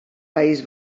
país